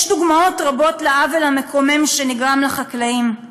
יש דוגמאות רבות לעוול המקומם שנגרם לחקלאים,